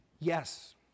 Yes